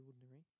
ordinary